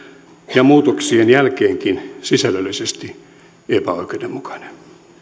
ja muutoksien jälkeenkin sisällöllisesti epäoikeudenmukainen